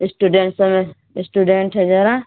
student student ہے ذرا